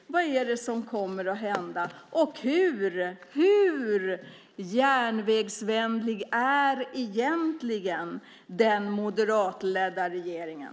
Vad kommer att hända? Hur järnvägsvänlig är egentligen den moderatledda regeringen?